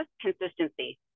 consistency